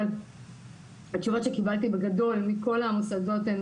אבל התשובות שקיבלתי בגדול מכל המוסדות הן